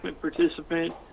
participant